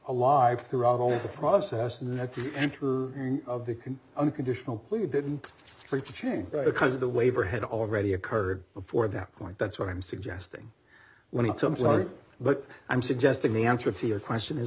alive throughout all the process and that to enter of the can unconditional plea didn't think to change because the waiver had already occurred before that point that's what i'm suggesting when he comes out but i'm suggesting the answer to your question is